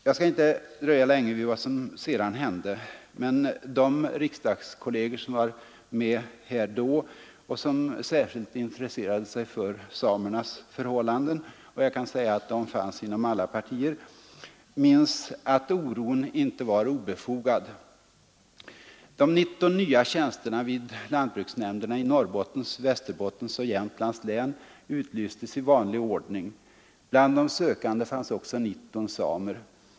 Jag skall inte dröja länge vid vad som sedan hände, men de riksdagskolleger som var med här då och som särskilt intresserade sig för samernas förhållanden — de fanns inom alla partier — minns att oron inte var obefogad. De nya tjänsterna vid lantbruksnämnderna i Norrbottens, Västerbottens och Jämtlands län utlystes i vanlig ordning. Bland de sökande fanns också 19 samer.